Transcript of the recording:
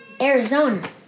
Arizona